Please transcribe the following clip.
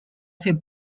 fer